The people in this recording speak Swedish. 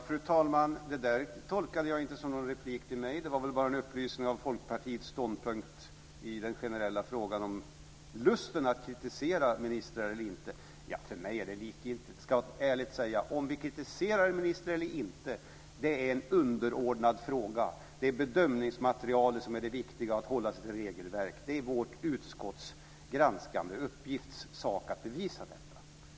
Fru talman! Det där tolkade jag inte som någon replik till mig. Det var väl bara en upplysning om Folkpartiets ståndpunkt i den generella frågan om lusten att kritisera ministrar. För mig är det likgiltigt; det ska jag ärligt säga. Om vi kritiserar en minister eller inte är en underordnad fråga. Det är bedömningsmaterialet som är det viktiga, och att hålla sig till regelverk. Det är vårt utskotts uppgift att granska detta.